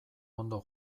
ondo